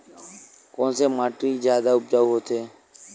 कोन से माटी जादा उपजाऊ होथे?